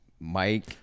Mike